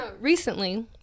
Recently